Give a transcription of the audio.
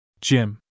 Jim